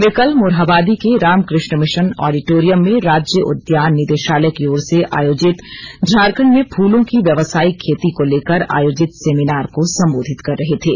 वे कल मोरहाबादी के Ramakrishna Mission auditorium में राज्य उद्यान निदेशालय की ओर से आयोजित झारखंड में फूलों की व्यावसायिक खेती को लेकर आयोजित सेमिनार को संबोधित कर रहे थे